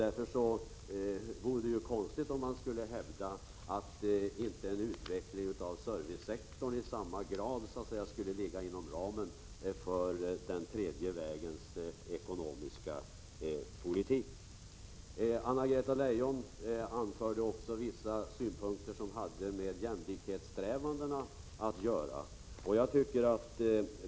Det vore därför konstigt att hävda att utvecklingen av servicesektorn inte i samma grad skulle ligga inom ramen för den tredje vägens ekonomiska politik. Anna-Greta Leijon anförde också vissa synpunkter som hade med jämlikhetssträvandena att göra.